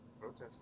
protest